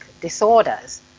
disorders